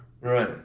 Right